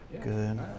Good